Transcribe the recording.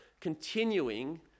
continuing